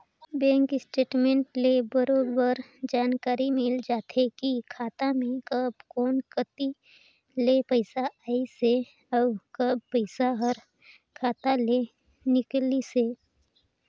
bank statement ले बरोबर जानकारी मिल जाथे की खाता मे कब कोन कति ले पइसा आइसे अउ कब पइसा हर खाता ले निकलिसे